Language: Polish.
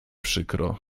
przykro